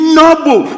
noble